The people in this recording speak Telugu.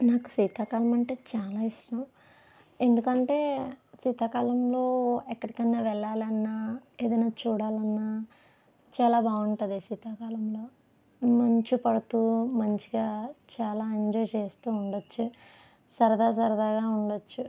నాకు శీతాకాలం అంటే చాలా ఇష్టం ఎందుకు అంటే శీతాకాలంలో ఎక్కడికైనా వెళ్ళాలన్నా ఏదైనా చూడాలన్నా చాలా బాగుంటుంది సీతాకాలంలో మంచు పడుతూ మంచిగా చాలా ఎంజాయ్ చేస్తూ ఉండవచ్చు సరదా సరదాగా ఉండవచ్చు